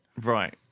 Right